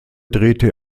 drehte